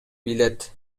билет